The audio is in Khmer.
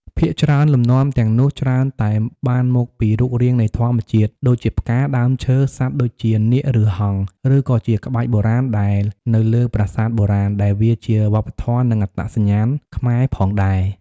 ភាគច្រើនលំនាំទាំងនោះច្រើនតែបានមកពីរូបរាងនៃធម្មជាតិ ដូចជាផ្កា ដើមឈើ សត្វដូចជា នាគ ឬ ហង្ស ឬក៏ជាក្បាច់បុរាណដែលនៅលើប្រាសាទបុរាណ ដែលវាជាវប្បធម៌ និងអត្តសញ្ញាណខ្មែរផងដែរ។